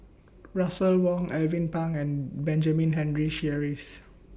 Russel Wong Alvin Pang and Benjamin Henry Sheares